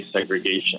segregation